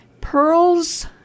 Pearls